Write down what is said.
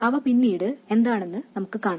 അവ പിന്നീട് എന്താണെന്ന് നമുക്ക് കാണാം